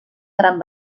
gran